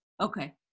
Okay